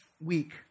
week